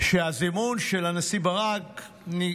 שהזימון של הנשיא ברק היה